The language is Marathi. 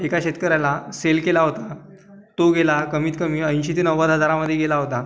एका शेतकऱ्याला सेल केला होता तो गेला कमीत कमी ऐंशी ते नव्वद हजारामध्ये गेला होता